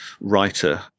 writer